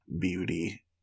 Beauty